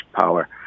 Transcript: power